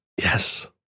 Yes